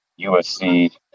USC